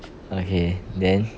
okay then